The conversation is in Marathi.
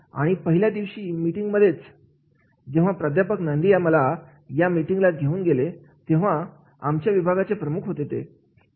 आणि पहिल्या दिवशीच्या मीटिंग मध्येच जेव्हा प्राध्यापक नांदिया मला या मिटींगला घेऊन गेले ते आमच्या विभागाचे प्रमुख होते